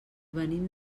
venim